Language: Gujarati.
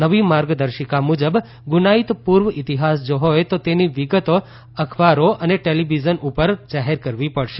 નવી માર્ગદર્શિકા મુજબ ગુનાઇટ પુર્વ ઇતિહાસ જો હોય તો તેની વિગત અખબારો અને ટેલીવીઝન ઉપર જાહેર કરવી પડશે